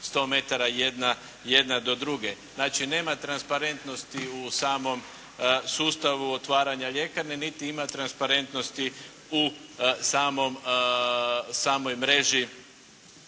100 metara jedna do druge. Znači nema transparentnosti u samom sustavu otvaranja ljekarne niti ima transparentnosti u samoj mreži